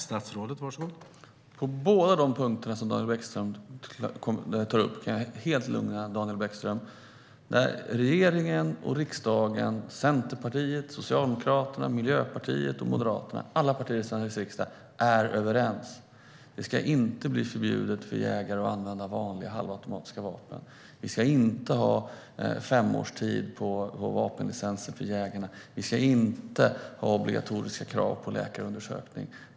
Herr talman! Jag kan lugna Daniel Bäckström helt på båda punkterna. Regeringen och riksdagen - Centerpartiet, Socialdemokraterna, Miljöpartiet och Moderaterna, alla partier i Sveriges riksdag - är överens. Det ska inte bli förbjudet för jägare att använda vanliga halvautomatiska vapen. Vi ska inte heller ha femårstid på vapenlicenser för jägarna, och vi ska inte ha krav på obligatoriska läkarundersökningar.